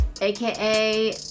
aka